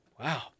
Wow